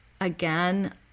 again